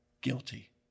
guilty